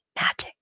magic